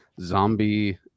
zombie